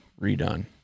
redone